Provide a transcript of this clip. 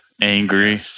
angry